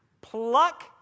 pluck